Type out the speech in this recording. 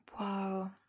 Wow